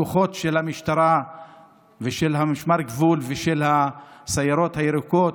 הכוחות של המשטרה ושל משמר הגבול ושל הסיירות הירוקות,